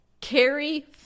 Carrie